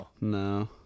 No